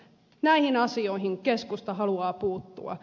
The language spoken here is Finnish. näihin asioihin keskusta haluaa puuttua